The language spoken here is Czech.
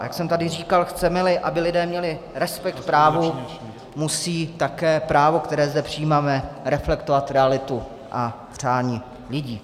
A jak jsem tady říkal, chcemeli, aby lidé měli respekt k právu, musí také právo, které zde přijímáme, reflektovat realitu a přání lidí.